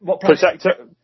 Protector